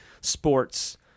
sports